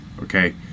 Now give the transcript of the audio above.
Okay